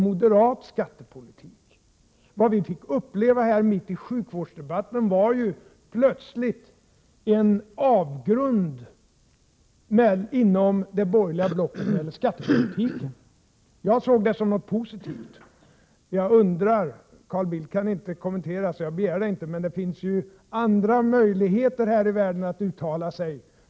Mitt under sjukvårdsdebatten fick vi plötsligt uppleva en avgrund inom det borgerliga blocket när det gäller skattepolitiken. Jag såg det som något positivt. Carl Bildt kan inte kommentera, så det begär jag inte. Det finns ju andra möjligheter att uttala sig.